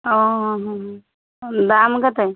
ହଁ ହଁ ଦାମ୍ କେତେ